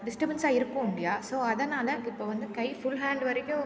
டிஸ்டர்பன்ஸாக இருக்கும் இல்லையா ஸோ அதனால் இப்போ வந்து கை ஃபுல் ஹேண்டு வரைக்கும்